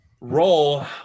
role